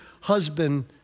husband